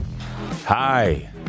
Hi